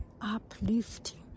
uplifting